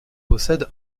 possède